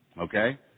Okay